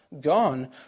gone